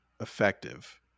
effective